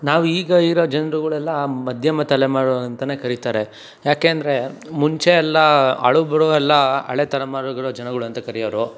ನಾವು ಈಗ ಇರೋ ಜನರುಗಳೆಲ್ಲ ಮಧ್ಯಮ ತಲೆಮಾರು ಅಂತಲೇ ಕರೀತಾರೆ ಯಾಕೆಂದರೆ ಮುಂಚೆ ಎಲ್ಲ ಹಳಬರು ಎಲ್ಲ ಹಳೆ ತಲೆಮಾರುಗಳ ಜನಗಳು ಅಂತ ಕರಿಯೋರು